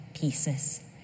pieces